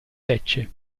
lecce